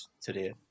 today